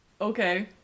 Okay